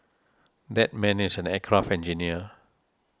that man is an aircraft engineer